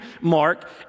Mark